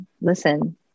listen